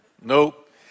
Nope